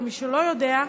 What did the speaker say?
למי שלא יודע,